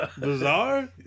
Bizarre